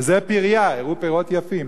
"וזה פריה" הראו פירות יפים,